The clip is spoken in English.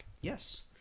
Yes